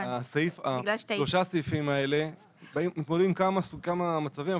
שלושת הסעיפים האלה מתמודדים עם כמה מצבים,